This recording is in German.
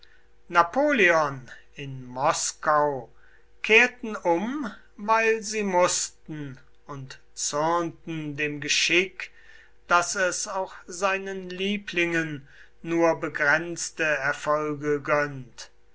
napoleon in moskau kehrten um weil sie mußten und zürnten dem geschick daß es auch seinen lieblingen nur begrenzte erfolge gönnt